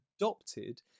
adopted